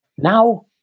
Now